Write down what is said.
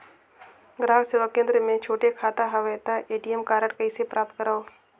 ग्राहक सेवा केंद्र मे छोटे खाता हवय त ए.टी.एम कारड कइसे प्राप्त करव?